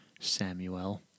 Samuel